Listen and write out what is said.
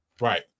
right